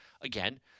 again